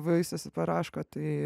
vaisius paraško tai